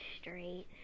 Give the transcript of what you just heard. straight